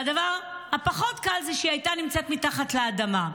והדבר הפחות-קל הוא שהיא הייתה נמצאת מתחת לאדמה.